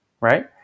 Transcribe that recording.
right